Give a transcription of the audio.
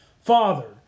Father